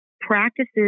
practices